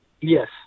Yes